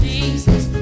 Jesus